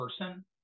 person